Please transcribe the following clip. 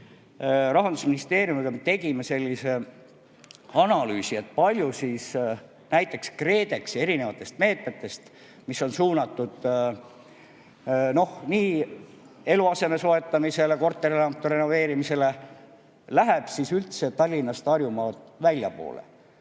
Rahandusministeeriumiga me tegime sellise analüüsi, kui palju näiteks KredExi erinevatest meetmetest, mis on suunatud eluasemete soetamisele ja korterelamute renoveerimisele, läheb üldse Tallinnast ja Harjumaalt väljapoole.